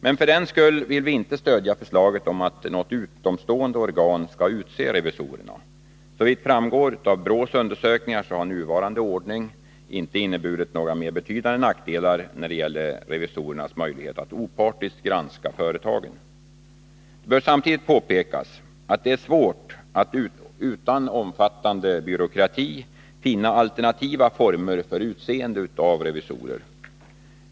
Men för den skull vill vi inte stödja förslaget om att något utomstående organ skall utse revisorerna. Såvitt framgår av BRÅ:s undersökningar har nuvarande ordning inte inneburit några mera betydande nackdelar när det gäller revisorernas möjligheter att opartiskt granska företagen. Det bör samtidigt påpekas att det är svårt att utan omfattande byråkrati finna alternativa former för utseende av revisorer.